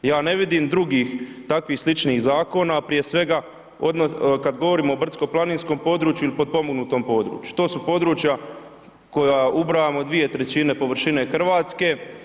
Ja ne vidim drugih takvih sličnih zakona, prije svega kad govorimo o brdsko planinskom području ili potpomognutom području, to su područja koja ubrajamo 2/3, površine Hrvatske.